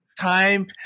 Time